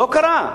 לא קרה.